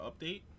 update